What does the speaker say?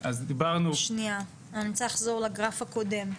אז דיברנו --- שניה, אני רוצה לחזור לגרף הקודם.